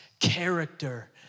character